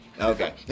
Okay